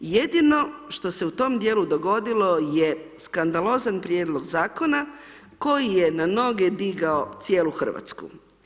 Jedino što se u tom dijelu dogodilo je skandalozan prijedlog zakona koji je na noge digao cijelu Hrvatsku.